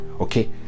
okay